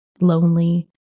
lonely